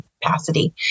capacity